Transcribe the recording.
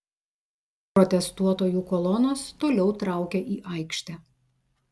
protestuotojų kolonos toliau traukia į aikštę